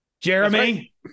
Jeremy